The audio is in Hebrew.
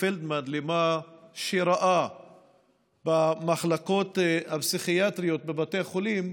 פלדמן על מה שראה במחלקות הפסיכיאטריות בבתי החולים,